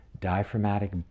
diaphragmatic